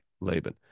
Laban